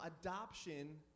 adoption